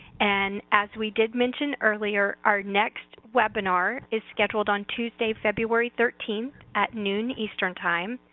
and as we did mention earlier, our next webinar is scheduled on tuesday february thirteenth at noon eastern time,